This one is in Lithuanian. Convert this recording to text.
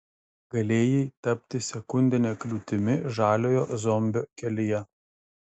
galėjai tapti sekundine kliūtimi žaliojo zombio kelyje